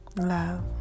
love